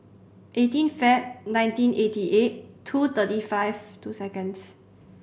eighteen Feb nineteen eighty eight two thirty five two seconds